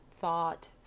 thought